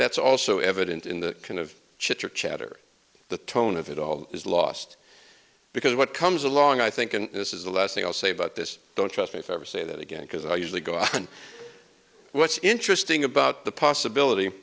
that's also evident in the can of chitter chatter the tone of it all is lost because what comes along i think and this is the last thing i'll say about this don't trust me ever say that again because i usually go on what's interesting about the possibility